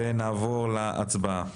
ונעבור להצבעה.